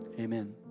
amen